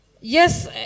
yes